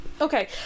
Okay